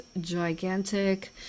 gigantic